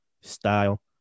style